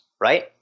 right